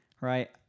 Right